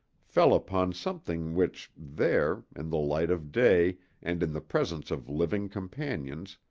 fell upon something which, there, in the light of day and in the presence of living companions,